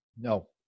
No